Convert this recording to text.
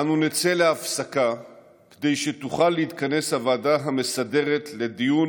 אנו נצא להפסקה כדי שתוכל הוועדה המסדרת להתכנס לדיון